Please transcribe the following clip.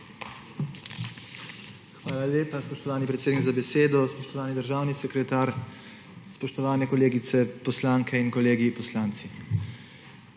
Hvala lepa, spoštovani predsednik za besedo. Spoštovani državni sekretar, spoštovani kolegice poslanke in kolegi poslanci!